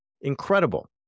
incredible